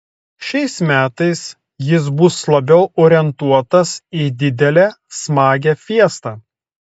šiais metais jis bus labiau orientuotas į didelę smagią fiestą